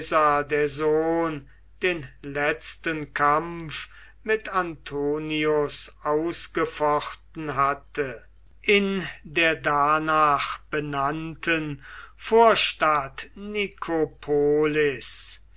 der sohn den letzten kampf mit antonius ausgefochten hatte in der danach benannten vorstadt nikopolis